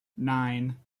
nine